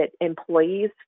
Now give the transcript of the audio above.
employees